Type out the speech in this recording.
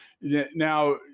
Now